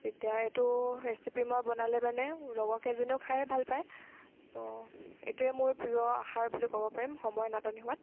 এতিয়া এইটো ৰেচিপি মই বনালে মানে লগৰ কেইজনীয়েও খাই ভাল পায় ত এইটোৱে মোৰ প্ৰিয় আহাৰ বুলি ক'ব পাৰিম সময় নাটনি হোৱাত